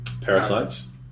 parasites